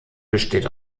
besteht